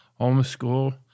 homeschool